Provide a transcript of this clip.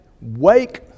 wake